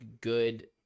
good